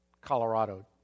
Colorado